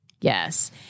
Yes